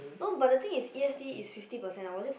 no but the thing is e_s_t is fifty percent or was it for